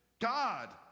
God